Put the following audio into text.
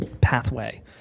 pathway